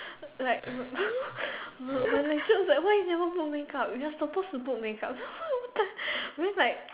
like my my lecturer was like why you never put makeup you are supposed to put makeup then like